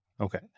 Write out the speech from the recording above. Okay